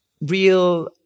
real